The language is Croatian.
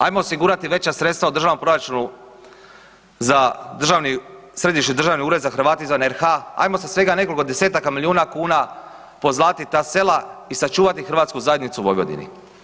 Ajmo osigurati veća sredstva u državnom proračunu za državni, Središnji državni ured za Hrvate izvan RH, ajmo sa svega nekoliko desetaka milijuna kuna pozlatiti ta sela i sačuvati hrvatsku zajednicu u Vojvodini.